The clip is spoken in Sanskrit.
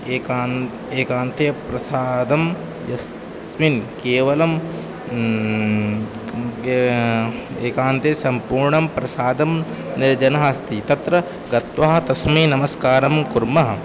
एकान्ते एकान्ते प्रसादं यस्मिन् केवलं य एकान्ते सम्पूर्णं प्रसादं निर्जनः अस्ति तत्र गत्वा तस्मै नमस्कारं कुर्मः